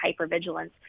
hypervigilance